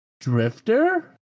Drifter